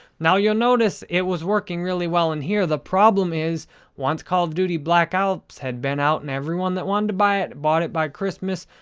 now, you'll notice it was working really well in here. the problem is once call of duty black ops had been out and everyone that wanted to buy it bought it by christmas,